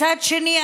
מצד שני,